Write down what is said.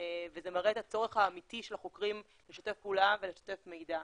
וזה מראה את הצורך האמיתי של החוקרים לשתף פעולה ולשתף מידע.